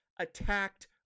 attacked